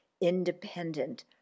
independent